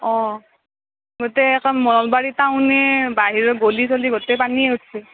অঁ গোটেই একে নলবাৰী টাউনে বাহিৰৰ গলি চলি গোটেই পানী হৈছে